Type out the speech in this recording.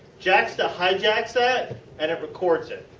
jaksta hijacks that and it records it.